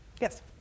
Yes